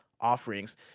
offerings